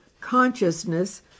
consciousness